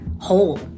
whole